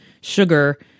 sugar